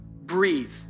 breathe